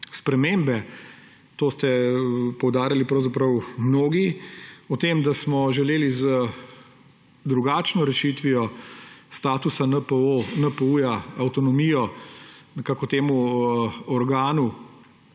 spremembe, to ste poudarjali pravzaprav mnogi, da smo želeli z drugačno rešitvijo statusa NPU avtonomijo temu organu